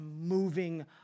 moving